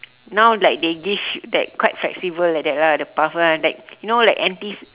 now like they give that quite flexible like that lah the path kan you know like N_T